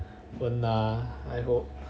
nah I hope